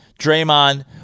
Draymond